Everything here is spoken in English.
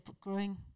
growing